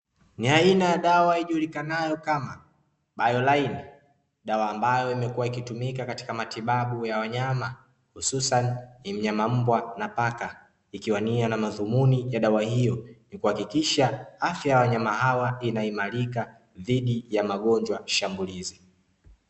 Ni aina ya dawa ijulikanayo kama bayoline, dawa ambayo imekuwa ikitumika katika matibabu ya wanyama, hususani ni mnyama Mbwa na Paka, ikiwa nia na madhumuni ya dawa hiyo, ni kuhakikisha afya ya wanyama hawa inaimarika dhidi ya magonjwa shambulizi.